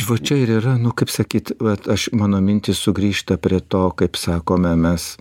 va čia ir yra nu kaip sakyt vat aš mano mintys sugrįžta prie to kaip sakome mes